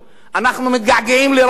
אנחנו מתגעגעים לרבין,